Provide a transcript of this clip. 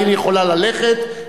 העיר יכולה ללכת,